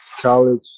college